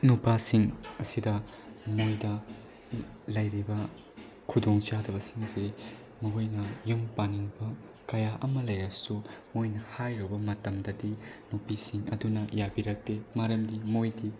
ꯅꯨꯄꯥꯁꯤꯡ ꯑꯁꯤꯗ ꯃꯣꯏꯗ ꯂꯩꯔꯤꯕ ꯈꯨꯗꯣꯡ ꯆꯥꯗꯕꯁꯤꯡ ꯑꯁꯤ ꯃꯈꯣꯏꯅ ꯌꯨꯝ ꯄꯥꯟꯅꯤꯡꯉꯛꯄ ꯀꯌꯥ ꯑꯃ ꯂꯩꯔꯁꯨ ꯃꯣꯏꯅ ꯍꯥꯏꯔꯨꯕ ꯃꯇꯝꯗꯗꯤ ꯅꯨꯄꯤꯁꯤꯡ ꯑꯗꯨꯅ ꯌꯥꯕꯤꯔꯛꯇꯦ ꯃꯔꯝꯗꯤ ꯃꯣꯏꯗꯤ